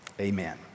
Amen